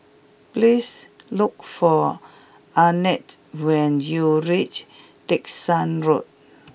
please look for Arnett when you reach Dickson Road